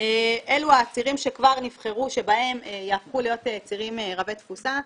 אלו הצירים שכבר נבחרו שהם יהפכו להיות צירים רבי תפוסה.